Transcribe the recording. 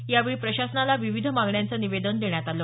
यावेळी प्रशासनाला विविध मागण्याचं निवेदन देण्यात आलं